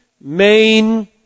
main